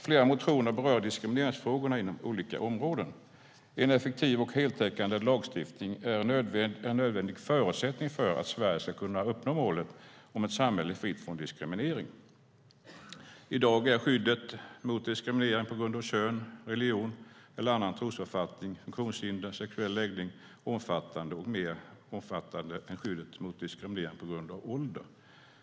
Flera motioner berör diskrimineringsfrågorna inom olika områden. En effektiv och heltäckande lagstiftning är en nödvändig förutsättning för att Sverige ska kunna uppnå målet om ett samhälle fritt från diskriminering. I dag är skyddet mot diskriminering på grund av kön, religion eller annan trosuppfattning, funktionshinder och sexuell läggning omfattande och mer omfattande än skyddet mot diskriminering på grund av ålder.